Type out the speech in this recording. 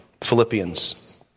Philippians